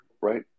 right